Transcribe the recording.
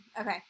Okay